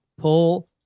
pull